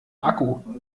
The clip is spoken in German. akku